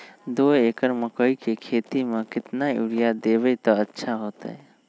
दो एकड़ मकई के खेती म केतना यूरिया देब त अच्छा होतई?